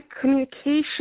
communication